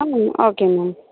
ம் okay ma'am